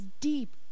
deep